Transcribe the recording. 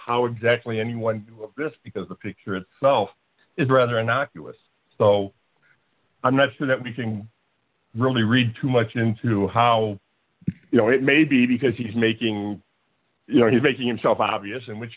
how exactly anyone this because the picture itself is rather innocuous so i'm not sure that we can really read too much into how you know it may be because he's making you know he's making himself obvious in which